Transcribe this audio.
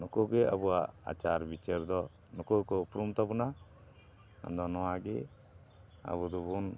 ᱱᱩᱠᱩ ᱜᱮ ᱟᱵᱚᱣᱟᱜ ᱟᱪᱟᱨ ᱵᱤᱪᱟᱹᱨ ᱫᱚ ᱱᱩᱠᱩ ᱜᱮᱠᱚ ᱩᱯᱨᱩᱢ ᱛᱟᱵᱚᱱᱟ ᱟᱫᱚ ᱱᱚᱣᱟᱜᱮ ᱟᱵᱚ ᱫᱚᱵᱚᱱ